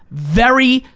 very,